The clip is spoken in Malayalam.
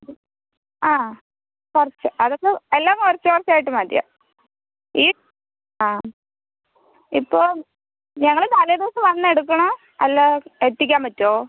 ആ കുറച്ച് അതൊക്കെ എല്ലാം കുറച്ച് കുറച്ച് ആയിട്ട് മതിയാവും ഈ ആ ഇപ്പോൾ ഞങ്ങൾ തലേ ദിവസം വന്ന് എടുക്കണോ അല്ല എത്തിക്കാൻ പറ്റുവോ